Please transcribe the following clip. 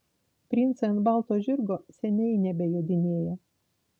princai ant balto žirgo seniai nebejodinėja